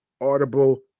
Audible